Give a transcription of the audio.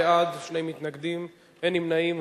בעד, 3, שני מתנגדים ואין נמנעים.